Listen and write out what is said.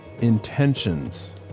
intentions